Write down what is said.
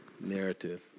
narrative